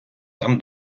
там